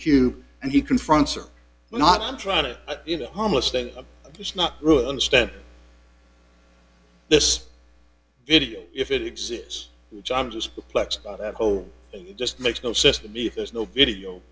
cube and he confronts or not i'm trying to you know harmless thing i'm just not really understand this video if it exists which i'm just perplexed by that whole it just makes no sense to me if there's no video